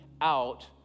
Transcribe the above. out